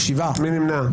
מי נמנע?